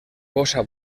bossa